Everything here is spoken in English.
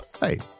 Hey